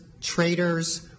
traitors